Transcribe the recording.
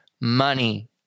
money